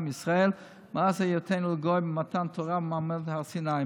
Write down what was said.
ישראל מאז היותנו גוי במתן תורה במעמד הר סיני.